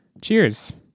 Cheers